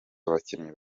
abakinnyi